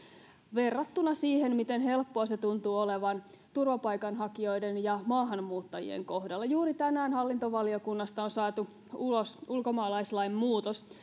verrattuna siihen miten helppoa se tuntuu olevan turvapaikanhakijoiden ja maahanmuuttajien kohdalla juuri tänään hallintovaliokunnasta on saatu ulos ulkomaalaislain muutos